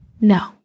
No